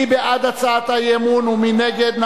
מי בעד הצעת האי-אמון ומי נגד?